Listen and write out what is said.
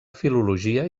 filologia